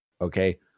Okay